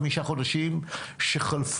חמישה חודשים שחלפו.